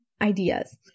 ideas